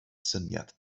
syniad